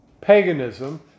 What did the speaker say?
paganism